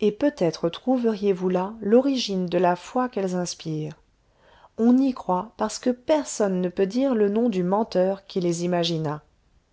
et peut-être trouveriez vous là l'origine de la foi qu'elles inspirent on y croit parce que personne ne peut dire le nom du menteur qui les imagina